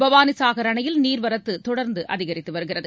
பவானிசாகர் அணையின் நீர்வரத்து தொடர்ந்து அதிகரித்து வருகிறது